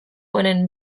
honen